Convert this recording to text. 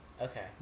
Okay